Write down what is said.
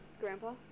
Grandpa